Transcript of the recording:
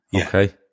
okay